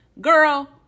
Girl